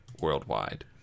worldwide